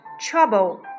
trouble